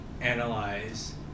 analyze